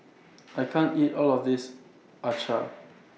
I can't eat All of This Acar